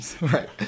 Right